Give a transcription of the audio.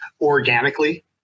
organically